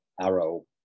Arrow